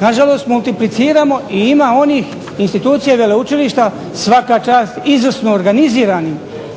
Na žalost multipliciramo i ima onih institucija i veleučilišta svaka čast izvrsno organiziranim